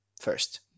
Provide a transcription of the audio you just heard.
first